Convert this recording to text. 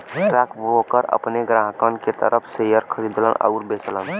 stockbroker अपने ग्राहकन के तरफ शेयर खरीदलन आउर बेचलन